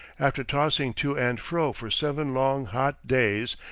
after tossing to and fro for seven long, hot days,